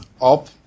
up